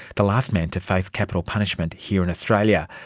the last man to face capital punishment here in australia,